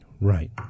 Right